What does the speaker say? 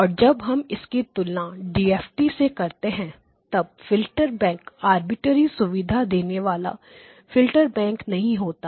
और जब हम इसकी तुलना डीएफटी DFT से करते हैं तब फिल्टर बैंक आर्बिट्रेरी सुविधा देने वाला फिल्टर बैंक नहीं होता